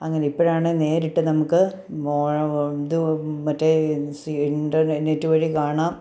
അങ്ങനെ ഇപ്പോഴാണെങ്കിൽ നേരിട്ട് നമുക്ക് ഇത് മറ്റേ സി ഇൻറർനെറ്റ് വഴി കാണാം